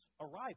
arrival